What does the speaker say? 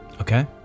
Okay